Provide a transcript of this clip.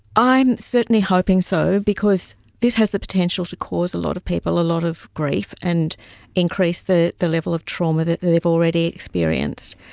i'm certainly hoping so because this has the potential to cause a lot of people a lot of grief and increase the the level of trauma that they've already experienced.